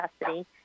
custody